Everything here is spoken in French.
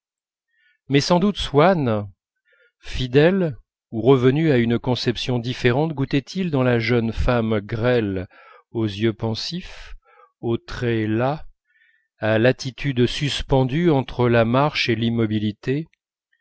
mais sans doute swann fidèle ou revenu à une conception différente goûtait il dans la jeune femme grêle aux yeux pensifs aux traits las à l'attitude suspendue entre la marche et l'immobilité